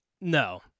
No